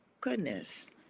Goodness